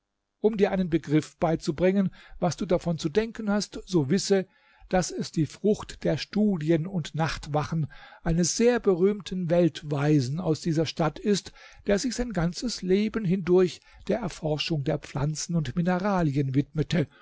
um dir einen begriff beizubringen was du davon zu denken hast so wisse daß es die frucht der studien und nachtwachen eines sehr berühmten weltweisen aus dieser stadt ist der sich sein ganzes leben hindurch der erforschung der pflanzen und mineralien widmete